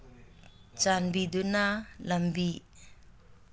ꯆꯥꯟꯕꯤꯗꯨꯅ ꯂꯝꯕꯤ